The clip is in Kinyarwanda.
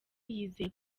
yizeye